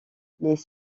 les